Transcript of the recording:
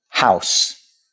house